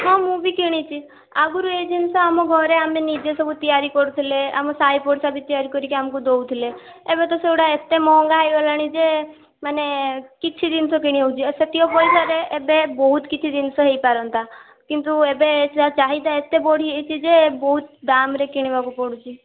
ହଁ ମୁଁ ବି କିଣିଛି ଆଗୁରୁ ଏ ଜିନିଷ ଆମ ଘରେ ଆମେ ନିଜେ ସବୁ ତିଆରି କରୁଥିଲେ ଆମ ସାହି ପଡ଼ିଶା ବି ତିଆରି କରିକି ଆମକୁ ଦେଉଥିଲେ ଏବେ ତ ସେଗୁଡ଼ା ଏତେ ମହଙ୍ଗା ହେଇଗଲାଣି ଯେ ମାନେ କିଛି ଜିନିଷ କିଣି ହେଉଛି ଓ ସେତିକ ପଇସାରେ ଏବେ ବହୁତ କିଛି ଜିନିଷ ହେଇପାରନ୍ତା କିନ୍ତୁ ଏବେ ତା ଚାହିଦା ଏତେ ବଢ଼ିଯାଇଛି ଯେ ବହୁତ୍ ଦାମ୍ ରେ କିଣିବାକୁ ପଡ଼ୁଛି